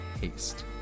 haste